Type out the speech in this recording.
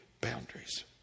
boundaries